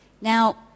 Now